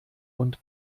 und